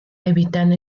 evitant